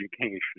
education